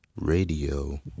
Radio